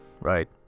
right